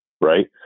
Right